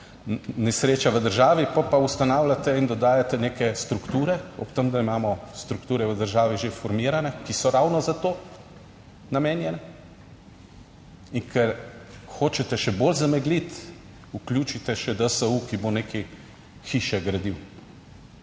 nesreča v državi pa ustanavljate in dodajate neke strukture, ob tem, da imamo strukture v državi že formirane, ki so ravno za to, namenjene in ker hočete še bolj zamegliti, vključite še DSU, ki bo nekaj hiše gradil.